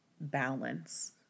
balance